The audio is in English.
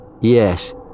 Yes